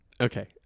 okay